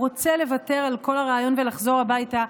הוא רוצה לוותר על כל הרעיון ולחזור הביתה,